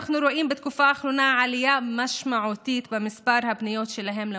אנחנו רואים בתקופה האחרונה עלייה משמעותית במספר הפניות שלהם למוקדים,